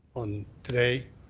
on today,